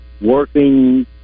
working